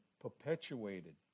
perpetuated